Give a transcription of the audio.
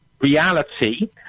reality